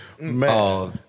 man